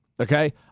Okay